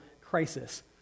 crisis